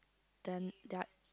done that